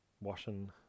washing